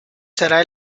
será